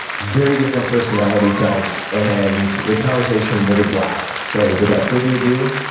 very different personality types, and the conversation was a blast. so, without further ado,